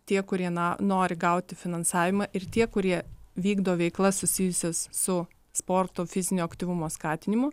tie kurie nori gauti finansavimą ir tie kurie vykdo veiklas susijusias su sporto fizinio aktyvumo skatinimu